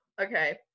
okay